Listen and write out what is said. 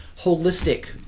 holistic